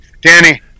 Danny